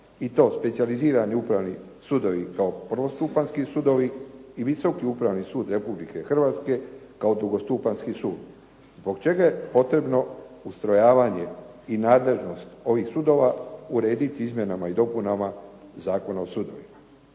I to, specijalizirani upravni sudovi kao prvostupanjski sudovi i Visoki upravni sud Republike Hrvatske kao dugostupanjski sud zbog čega je potrebno ustrojavanje i nadležnost ovih sudova urediti Izmjenama i dopunama Zakona o sudovima.